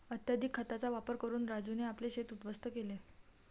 अत्यधिक खतांचा वापर करून राजूने आपले शेत उध्वस्त केले